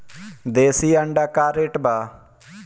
देशी अंडा का रेट बा?